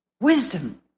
wisdom